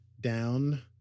down